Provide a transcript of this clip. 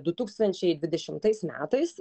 du tūkstančiai dvidešimtais metais